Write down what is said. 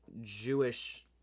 Jewish